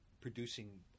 producing